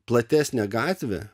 platesnė gatvė